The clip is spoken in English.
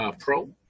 Pro